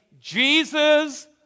Jesus